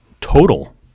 total